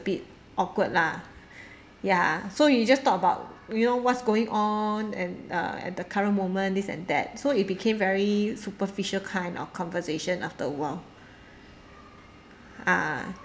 bit awkward lah ya so you just talk about you know what's going on and uh at the current moment this and that so it became very superficial kind of conversation after a while